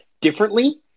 differently